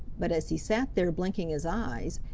but as he sat there blinking his eyes,